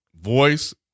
voice